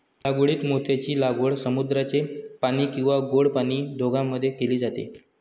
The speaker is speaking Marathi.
लागवडीत मोत्यांची लागवड समुद्राचे पाणी किंवा गोड पाणी दोघांमध्ये केली जाते